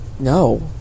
No